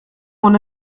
mon